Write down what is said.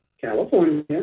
California